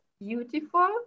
beautiful